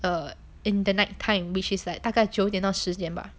in the night time which is like 大概九点到十点吧